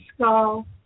skull